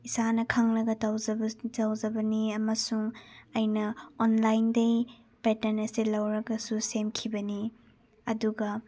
ꯏꯁꯥꯅ ꯈꯪꯂꯒ ꯇꯧꯖꯕ ꯇꯧꯖꯕꯅꯤ ꯑꯃꯁꯨꯡ ꯑꯩꯅ ꯑꯣꯟꯂꯥꯏꯟꯗꯒꯤ ꯄꯦꯇꯔꯟ ꯑꯁꯤ ꯂꯧꯔꯒꯁꯨ ꯁꯦꯝꯈꯤꯕꯅꯤ ꯑꯗꯨꯒ